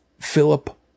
Philip